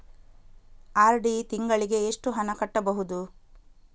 RD ತಿಂಗಳಿಗೆ ಎಷ್ಟು ಹಣ ಕಟ್ಟಬಹುದು?